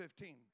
15